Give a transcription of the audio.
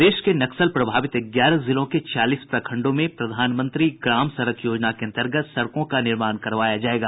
प्रदेश के नक्सल प्रभावित ग्यारह जिलों के छियालीस प्रखंडों में प्रधानमंत्री ग्राम सड़क योजना के अंतर्गत सड़कों का निर्माण करवाया जायेगा